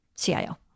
CIO